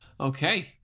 Okay